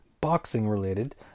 boxing-related